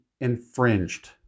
infringed